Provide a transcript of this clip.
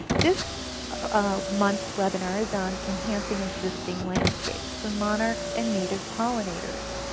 this ah month's webinar is on enhancing existing landscape for monarchs and native pollinators.